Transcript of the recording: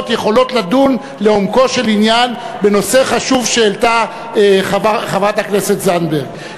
יכולות לדון לעומקו של עניין בנושא החשוב שהעלתה חברת הכנסת זנדברג.